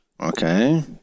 Okay